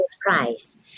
price